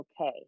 okay